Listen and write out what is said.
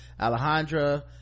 alejandra